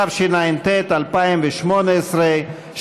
התשע"ט 2018,